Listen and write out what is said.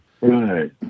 Right